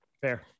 Fair